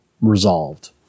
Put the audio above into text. resolved